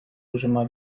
užima